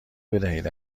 بدهید